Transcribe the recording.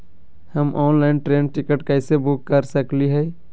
हम online train ticket कैसे book कर सकली हई?